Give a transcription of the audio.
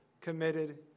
committed